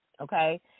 okay